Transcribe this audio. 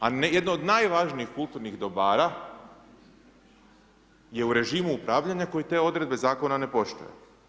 A jedno od najvažnijih kulturnih dobara je u režimu upravljanja koji te odredbe Zakona ne poštuje.